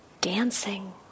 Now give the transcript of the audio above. Dancing